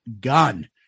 Gun